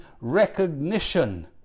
recognition